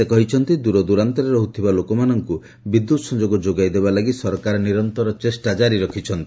ସେ କହିଛନ୍ତି ଦୂରଦୂରାନ୍ତରେ ରହୁଥିବା ଲୋକମାନଙ୍କୁ ବିଦ୍ୟୁତ୍ ସଂଯୋଗ ଯୋଗାଇଦେବା ଲାଗି ସରକାର ନିରନ୍ତର ଚେଷ୍ଟା ଜାରି ରଖିଛନ୍ତି